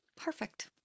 Perfect